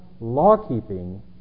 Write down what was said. law-keeping